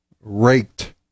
raked